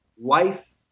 life